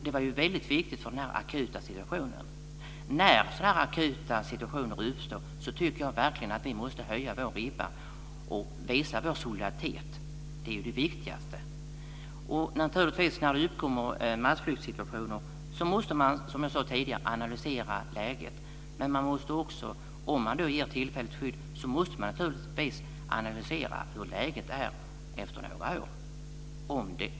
Det var väldigt viktigt i den här akuta situationen. När sådana här akuta situationer uppstår tycker jag verkligen att vi måste höja vår ribba och visa vår solidaritet. Det är det viktigaste. När det uppkommer massflyktssituationer måste man, som jag sade tidigare, analysera läget. Om man ger tillfälligt skydd måste man naturligtvis analysera hur läget är efter några år.